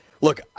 look